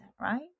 right